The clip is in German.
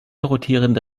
rotierende